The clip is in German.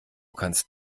kannst